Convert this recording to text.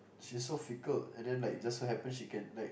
she's so fickle and then like just so happen she can like